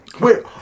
Wait